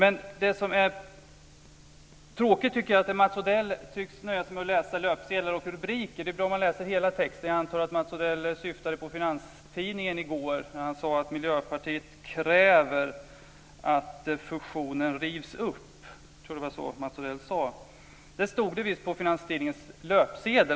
Det jag tycker är tråkigt är att Mats Odell tycks nöja sig med att läsa löpsedlar och rubriker. Det är bra om man läser hela texten. Jag antar att Mats Odell syftade på Finanstidningen i går när han sade att Miljöpartiet kräver att fusionen rivs upp. Jag tror att det var så Mats Odell sade.